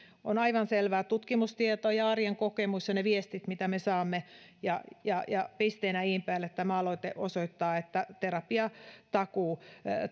on aivan selvää että tutkimustieto arjen kokemus ne viestit mitä me saamme ja ja pisteenä in päällä tämä aloite osoittavat että terapiatakuu